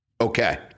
Okay